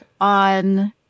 on